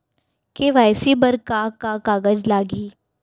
KYC बर का का कागज लागही?